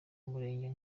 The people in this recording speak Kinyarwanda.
umurego